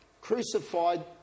crucified